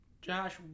Josh